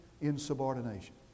insubordination